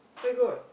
where got